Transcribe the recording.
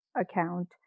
account